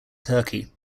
turkey